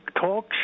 talk